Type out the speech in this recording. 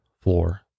floor